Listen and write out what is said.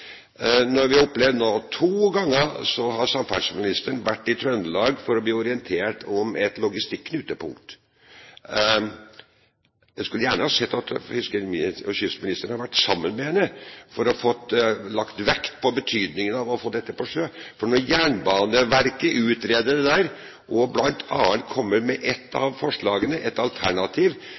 To ganger har samferdselsministeren vært i Trøndelag for å bli orientert om et logistikknutepunkt. Jeg skulle gjerne ha sett at fiskeri- og kystministeren hadde vært sammen med henne for å få lagt vekt på betydningen av å få dette på sjø. For når Jernbaneverket utreder det, og bl.a. kommer med et av forslagene, et alternativ,